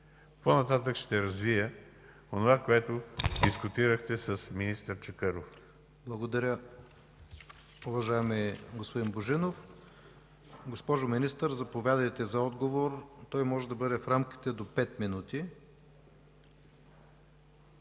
По-нататък ще развия онова, което дискутирахте с министър Чакъров.